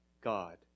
God